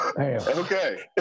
Okay